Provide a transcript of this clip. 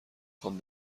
خوام